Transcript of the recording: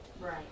Right